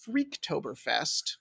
Freaktoberfest